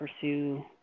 pursue